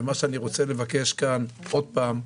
ומה שאני רוצה לבקש כאן עוד פעם,